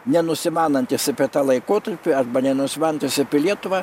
nenusimanantis apie tą laikotarpį arba nenusimanantis apie lietuvą